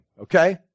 okay